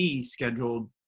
scheduled